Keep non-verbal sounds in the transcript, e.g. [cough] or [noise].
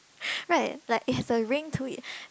[breath] right like it's a ring to it